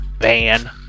Van